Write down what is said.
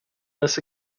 this